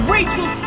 Rachel